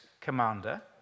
commander